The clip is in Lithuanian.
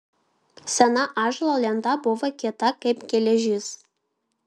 sena ąžuolo lenta buvo kieta kaip geležis